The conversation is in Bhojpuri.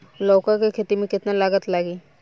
लौका के खेती में केतना लागत लागी?